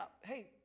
hey